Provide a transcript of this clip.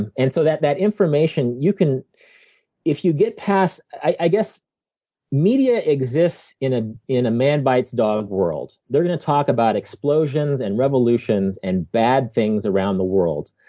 and and so that that information, you can if you get past i guess media exists in ah in a man-bites-dog world. they're going to talk about explosions and revolutions and bad things around the world.